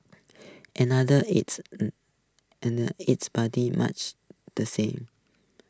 another it's it's pretty much the same